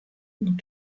und